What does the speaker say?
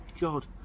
God